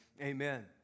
amen